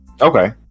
Okay